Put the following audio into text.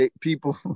people